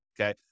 okay